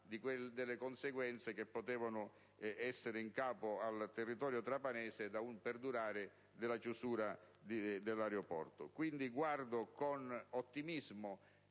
delle conseguenze che potevano derivare in capo al territorio trapanese dal perdurare della chiusura dell'aeroporto.